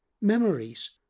Memories